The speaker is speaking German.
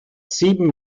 sieben